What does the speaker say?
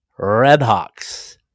Redhawks